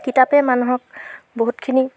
কিতাপেই মানুহক বহুতখিনি